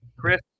Chris